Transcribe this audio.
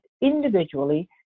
individually